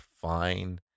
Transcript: fine